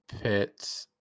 pits